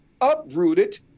uprooted